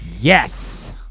Yes